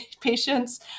patients